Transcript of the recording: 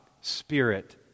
Spirit